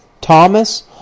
Thomas